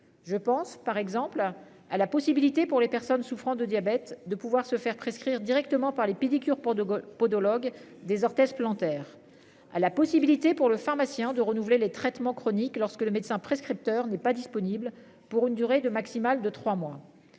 Je pense par exemple à la possibilité pour les personnes souffrant de diabète, de pouvoir se faire prescrire directement par les pédicure pour de Gaulle podologue des orthèse plantaire à la possibilité pour le pharmacien de renouveler les traitements chroniques lorsque le médecin prescripteur n'est pas disponible pour une durée de maximal de 3 mois